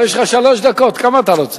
אבל יש לך שלוש דקות, כמה אתה רוצה?